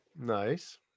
Nice